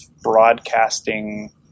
broadcasting